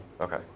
Okay